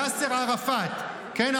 יאסר ערפאת, כן?